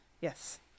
Yes